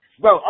bro